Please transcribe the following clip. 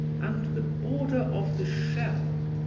and the border of the shell?